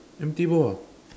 empty ball ah